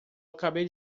acabei